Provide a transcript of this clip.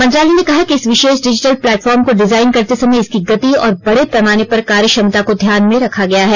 मंत्रालय ने कहा कि इस विशेष डिजिटल प्लेटफॉर्म को डिजाइन करते समय इसकी गति और बड़े पैमाने पर कार्यक्षमता को ध्यान में रखा गया है